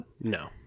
No